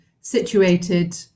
situated